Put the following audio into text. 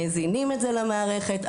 מזינים את זה למערכת,